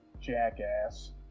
jackass